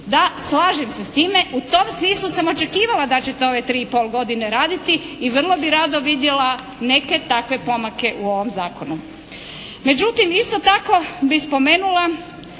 Da, slažem se s time, u tom smislu sam očekivala da ćete ove tri i pol godine raditi i vrlo bih rado vidjela neke takve pomake u ovom zakonu. Međutim isto tako bi spomenula